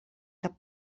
cap